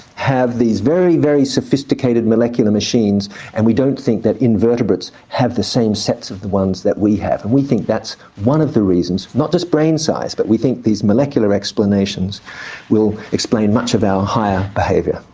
have these very, very sophisticated molecular machines and we don't think that invertebrates have the same sets of the ones that we have. and we think that's one of the reasons, not just brain size, but we think these molecular explanations will explain much of our higher behaviour.